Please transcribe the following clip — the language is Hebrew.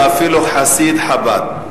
ואפילו חסיד חב"ד,